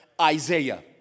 Isaiah